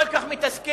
כל כך מתסכל,